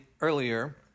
earlier